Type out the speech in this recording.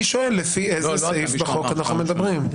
אני שואל לפי איזה סעיף בחוק אנחנו מדברים?